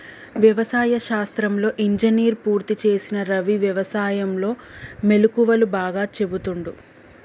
వ్యవసాయ శాస్త్రంలో ఇంజనీర్ పూర్తి చేసిన రవి వ్యసాయం లో మెళుకువలు బాగా చెపుతుండు